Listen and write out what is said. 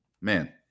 man